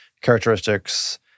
characteristics